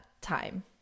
time